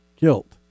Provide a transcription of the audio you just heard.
guilt